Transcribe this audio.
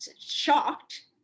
shocked